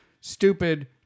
stupid